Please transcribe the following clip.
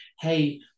hey